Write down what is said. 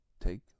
take